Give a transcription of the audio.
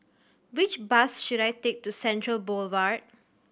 which bus should I take to Central Boulevard